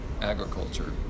agriculture